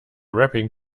wrapping